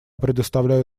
предоставляю